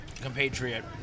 compatriot